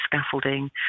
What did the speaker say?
scaffolding